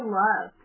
love